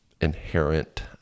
inherent